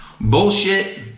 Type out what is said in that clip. bullshit